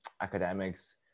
academics